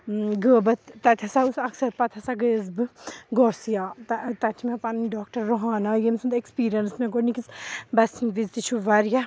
غٲبَت تَتہِ ہَسا اوس اَکثَر پَتہٕ ہَسا گٔیَس بہٕ غوسیہ تَتہِ چھِ مےٚ پَنٕنۍ ڈاکٹَر رُہَانہ ییٚمۍ سُنٛد اٮ۪کٕسپیٖریَنٕس مےٚ گۄڈنِکِس بَچہِ سٕنٛدۍ وِزِ تہِ چھُ واریاہ